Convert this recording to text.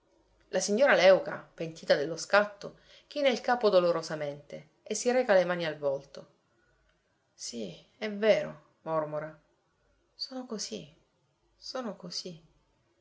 la signora léuca pentita dello scatto china il capo dolorosamente e si reca le mani al volto sì è vero mormora sono così sono così